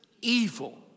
Evil